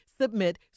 Submit